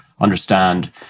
understand